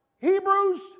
Hebrews